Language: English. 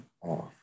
off